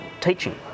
teaching